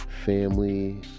family